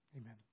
Amen